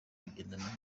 kugendana